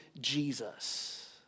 Jesus